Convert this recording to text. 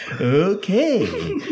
Okay